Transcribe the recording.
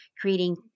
creating